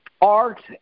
art